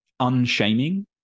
unshaming